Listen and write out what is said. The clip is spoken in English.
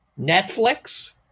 Netflix